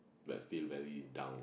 but still very down